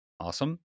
Awesome